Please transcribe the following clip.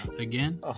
Again